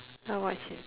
I'll watch it